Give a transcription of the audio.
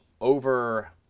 over